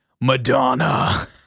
Madonna